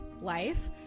life